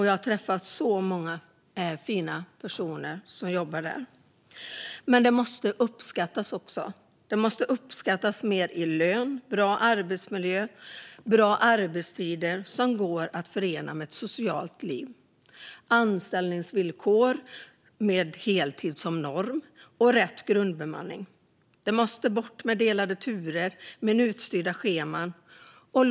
Jag har träffat så många fina personer som jobbar där. Men de måste uppskattas mer vad gäller lön, bra arbetsmiljö och bra arbetstider som går att förena med ett socialt liv. Det ska vara anställningsvillkor med heltid som norm och rätt grundbemanning. Delade turer och minutstyrda scheman ska bort.